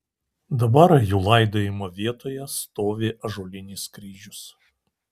dabar jų laidojimo vietoje stovi ąžuolinis kryžius